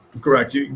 Correct